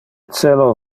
celo